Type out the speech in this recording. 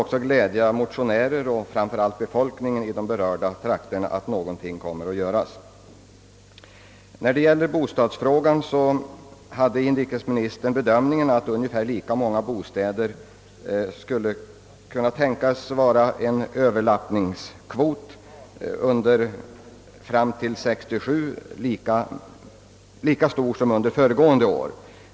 Det måste glädja många motionärer och framför allt befolkningen i de berörda trakterna att någonting kommer att göras. Beträffande bostadsfrågan gjorde inrikesministern bedömningen, att överlappningskvoten för 1967 skulle kunna bli lika stor som under föregående år.